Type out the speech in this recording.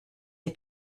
the